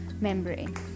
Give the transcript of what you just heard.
membrane